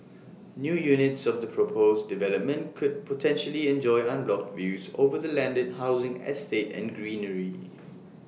new units of the proposed development could potentially enjoy unblocked views over the landed housing estate and greenery